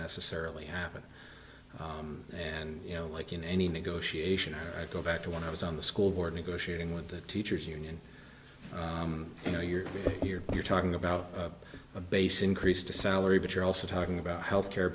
necessarily happen and you know like in any negotiation i go back to when i was on the school board negotiating with the teachers union you know you're here you're talking about a base increase to salary but you're also talking about health care